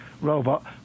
robot